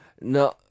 No